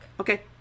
Okay